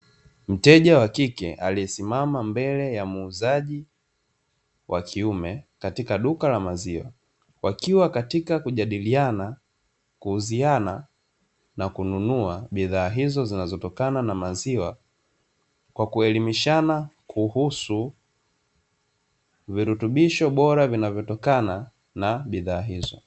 Mteja wa kike, aliyesimama mbele ya muuzaji wa kiume katika duka la maziwa, wakiwa katika kujadiliana, kuuziana na kununua bidhaa hizo zinazotokana na maziwa kwa, kuelimishana kuhusu virutubisho bora vinavyotokana na bidhaa hizo.